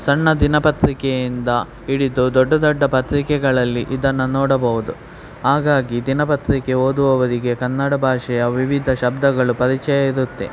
ಸಣ್ಣ ದಿನಪತ್ರಿಕೆಯಿಂದ ಹಿಡಿದು ದೊಡ್ಡ ದೊಡ್ಡ ಪತ್ರಿಕೆಗಳಲ್ಲಿ ಇದನ್ನು ನೋಡಬಹುದು ಹಾಗಾಗಿ ದಿನಪತ್ರಿಕೆ ಓದುವವರಿಗೆ ಕನ್ನಡ ಭಾಷೆಯ ವಿವಿಧ ಶಬ್ದಗಳು ಪರಿಚಯ ಇರುತ್ತೆ